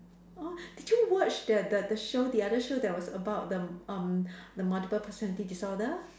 orh did you watch the the the show the other show that was about the um the multiple personality disorder